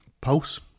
pulse